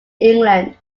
england